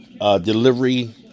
delivery